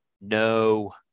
no